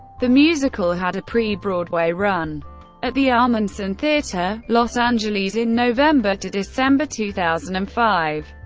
the musical had a pre-broadway run at the ahmanson theatre, los angeles in november to december two thousand and five.